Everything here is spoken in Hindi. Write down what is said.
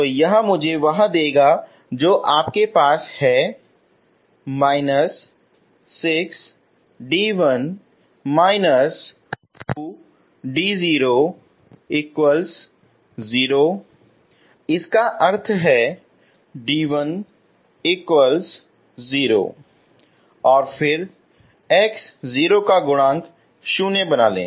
तो यह मुझे वह देगा जो आपके पास है −6d1−2d00 इसका अर्थ है d10 और फिर x0 का गुणांक शून्य बना लें